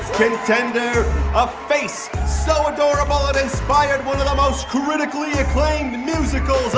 contender a face so adorable it inspired one of the most critically acclaimed musicals